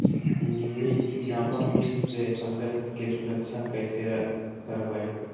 इल्ली नामक किट से फसल के सुरक्षा कैसे करवाईं?